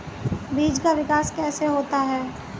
बीज का विकास कैसे होता है?